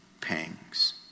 pangs